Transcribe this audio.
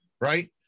right